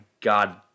God